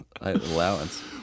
allowance